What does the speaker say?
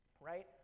Right